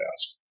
asked